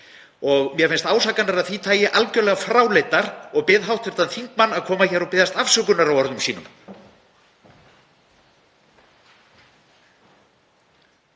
Og mér finnst ásakanir af því tagi algerlega fráleitar og bið hv. þingmann að koma hér og biðjast afsökunar á orðum sínum.